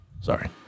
Sorry